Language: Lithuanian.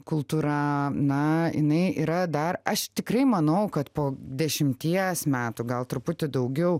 kultūra na jinai yra dar aš tikrai manau kad po dešimties metų gal truputį daugiau